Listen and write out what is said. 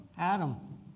Adam